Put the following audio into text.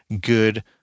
good